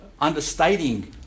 understating